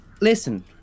listen